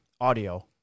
audio